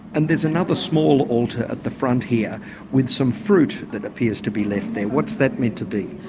and there's another small altar at the front here with some fruit that appears to be left there. what's that meant to be?